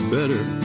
better